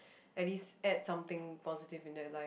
at least add something positive in their life